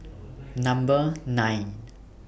Number nine